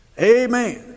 Amen